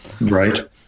Right